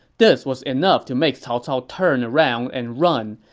this was enough to make cao cao turn around and run,